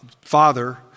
father